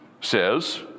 says